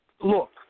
Look